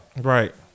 Right